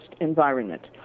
environment